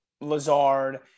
Lazard